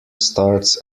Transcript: starts